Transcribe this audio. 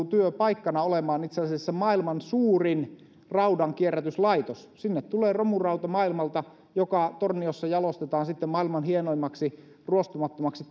työpaikkana olemaan itse asiassa maailman suurin raudankierrätyslaitos sinne tulee maailmalta romurautaa joka sitten torniossa jalostetaan maailman hienoimmaksi ruostumattomaksi